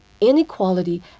inequality